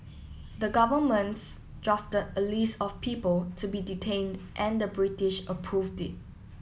the governments drafted a list of people to be detained and the British approved it